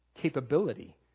capability